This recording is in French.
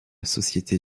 société